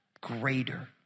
greater